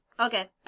Okay